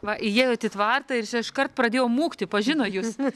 va įėjot į tvartą ir čia iškart pradėjo mūkti pažino jus